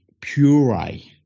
puree